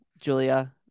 Julia